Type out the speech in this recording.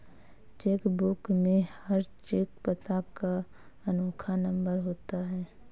check book में हर cheque पता का अनोखा नंबर होता है